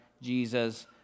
Jesus